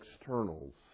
externals